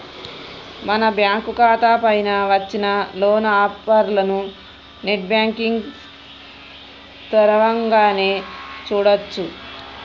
మన బ్యాంకు ఖాతా పైన వచ్చిన లోన్ ఆఫర్లను నెట్ బ్యాంకింగ్ తరవంగానే చూడొచ్చు